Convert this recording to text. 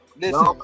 Listen